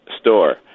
store